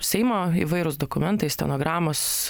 seimo įvairūs dokumentai stenogramos